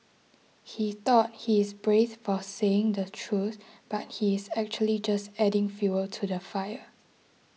he thought he's brave for saying the truth but he's actually just adding fuel to the fire